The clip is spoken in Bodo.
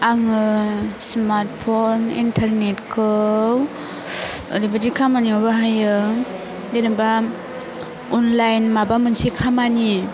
आङो स्माट फन एन्टारनेटखौ ओरैबायदि खामानियाव बाहायो जेनोबा अनलाइन माबा मोनसे खामानि